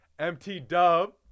MT-Dub